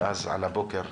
ואז על הבוקר,